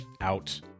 out